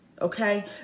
Okay